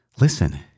listen